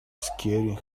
scaring